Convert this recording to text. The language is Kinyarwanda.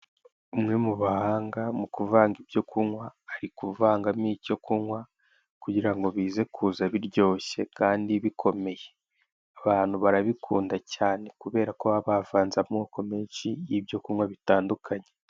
Umwe mu bahanga mu kuvanga ibyo kunywa, ari kuvangamo icyo kunywa kugira ngo bize kuza biryoshye kandi bikomeye. Abantu barabikunda cyane kubere ko baba bavanze amoko menshi y'ibyo kunywa bitandukanye.